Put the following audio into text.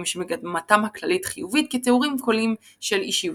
שמגמתם הכללית חיובית כתיאורים קולעים של אישיותם.